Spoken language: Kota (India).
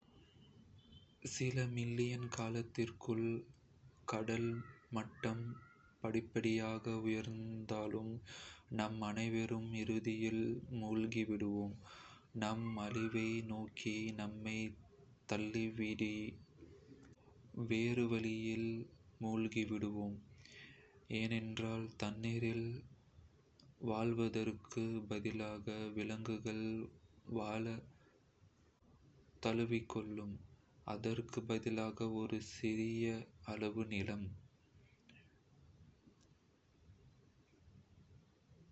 சில மில்லியன் காலத்திற்குள் கடல் மட்டம் படிப்படியாக உயர்ந்தாலும், நாம் அனைவரும் இறுதியில் மூழ்கிவிடுவோம், நாம் அழிவை நோக்கி நம்மைத் தள்ளாவிடில், வேறு வழிகளில் மூழ்கிவிடுவோம், ஏனென்றால் தண்ணீரில் வாழ்வதற்குப் பதிலாக விலங்குகள் வாழத் தழுவிக்கொள்ளும். அதற்கு பதிலாக ஒரு சிறிய அளவு நிலம்.